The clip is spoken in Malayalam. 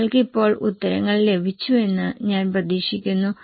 നിങ്ങൾക്ക് ഇപ്പോൾ ഉത്തരങ്ങൾ ലഭിച്ചുവെന്ന് ഞാൻ പ്രതീക്ഷിക്കുന്നു